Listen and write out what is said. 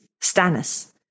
Stannis